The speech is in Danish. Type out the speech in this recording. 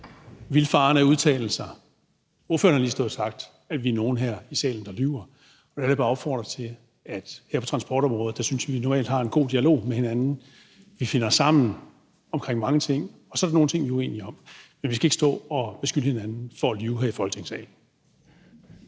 vildfarne udtalelser. Ordføreren har lige stået og sagt, at vi er nogle her i salen, der lyver. Her på transportområdet synes jeg at vi normalt har en god dialog med hinanden. Vi finder sammen om mange ting, og så er der nogle ting, vi er uenige om, men vi skal ikke stå og beskylde hinanden for at lyve her i Folketingssalen.